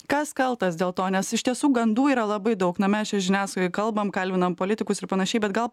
kas kaltas dėl to nes iš tiesų gandų yra labai daug na mes čia žiniasklaidoj kalbam kalbinam politikus ir panašiai bet gal